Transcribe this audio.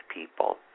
people